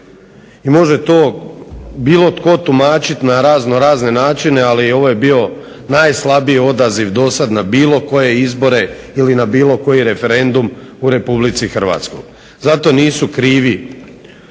I može to bilo tko tumačit na raznorazne načine, ali ovo je bio najslabiji odaziv dosad na bilo koje izbore ili na bilo koji referendum u Republici Hrvatskoj. Zato nisu krivi